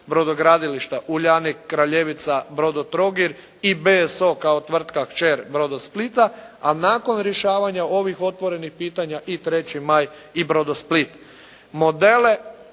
brodogradilišta: Uljanik, Kraljevica, Brodotrogir i BSO kao tvrtka kćer Brodosplita. A nakon rješavanja ovih otvorenih pitanja i Treći Maj i Brodosplit.